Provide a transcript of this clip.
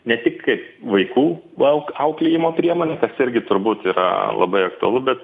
ne tik kaip vaikų auk auklėjimo priemonė kas irgi turbūt yra labai aktualu bet